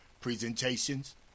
presentations